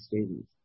students